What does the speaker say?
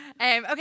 Okay